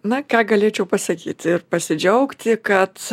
na ką galėčiau pasakyti ir pasidžiaugti kad